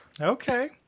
Okay